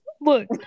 look